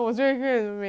but no